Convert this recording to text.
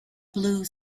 blue